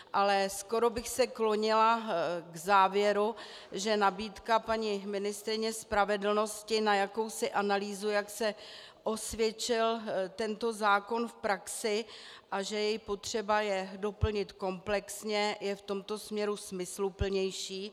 Ale skoro bych se klonila k závěru, že nabídka paní ministryně spravedlnosti na jakousi analýzu, jak se osvědčil tento zákon v praxi, a že je potřeba jej doplnit komplexně, je v tomto směru smysluplnější.